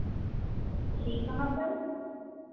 जी कहाँ पर